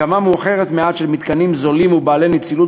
הקמה מאוחרת מעט של מתקנים זולים ובעלי נצילות